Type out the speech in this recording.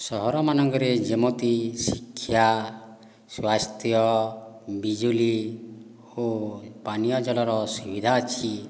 ସହରମାନଙ୍କରେ ଯେମତି ଶିକ୍ଷା ସ୍ୱାସ୍ଥ୍ୟ ବିଜୁଳି ଓ ପାନୀୟଜଳର ସୁବିଧା ଅଛି